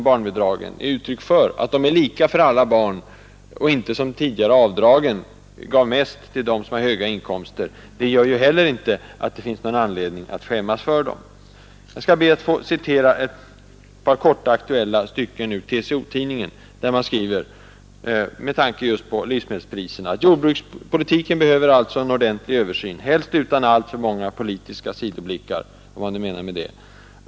Barnbidraget är lika för alla barn och ger inte, som avdragen gjorde, mest till dem som har höga inkomster. Jag skall be att få citera ett par korta aktuella stycken ur TCO-tidningen, som skriver just med tanke på livsmedelspriserna: ”Jordbrukspolitiken behöver alltså en ordentlig översyn helst utan alltför många politiska sidoblickar.”